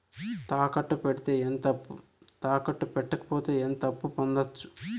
తాకట్టు పెడితే ఎంత అప్పు, తాకట్టు పెట్టకపోతే ఎంత అప్పు పొందొచ్చు?